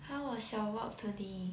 how was your work today